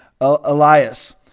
Elias